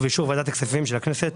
ובאישור ועדת הכספים של הכנסת,